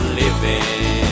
living